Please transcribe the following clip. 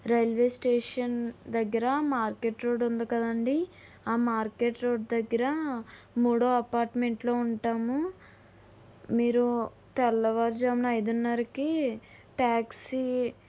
railway station దగ్గర market road ఉంది కదండీ ఆ మార్కెట్ రోడ్ దగ్గర మూడో అపార్ట్మెంట్లో ఉంటాము మీరు తెల్లవారుజామున ఐదున్నరకి ట్యాక్సీ